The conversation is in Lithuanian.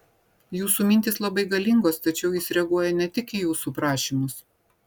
jūsų mintys labai galingos tačiau jis reaguoja ne tik į jūsų prašymus